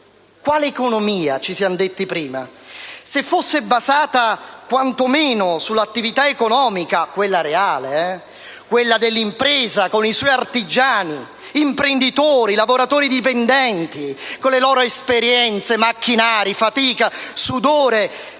Quale economia, ci siamo detti prima? Se fosse basata quantomeno sull'attività economica - quella reale, quella dell'impresa con i suoi artigiani, imprenditori, lavoratori dipendenti, con le loro esperienze, macchinari, fatica, sudore